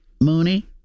Mooney